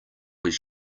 was